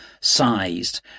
sized